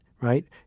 right